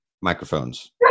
Microphones